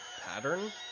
pattern